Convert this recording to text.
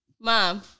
Mom